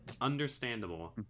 understandable